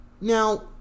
Now